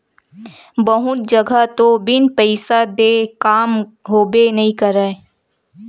बहुत जघा तो बिन पइसा देय काम होबे नइ करय